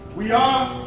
we are.